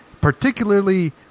particularly